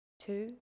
Two